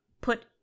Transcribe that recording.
put